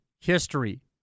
history